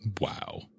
wow